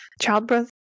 childbirth